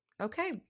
Okay